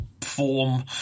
form